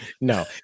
no